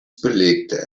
belegte